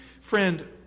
Friend